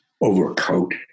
overcoat